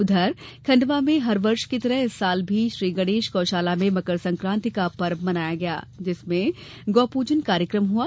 उधर खंडवा में हर वर्ष की तरह इस वर्ष भी श्री गणेश गौशाला में मकर संक्रांति का पर्व मनाया गया जिसमें गौ पूजन कार्यक्रम हुआ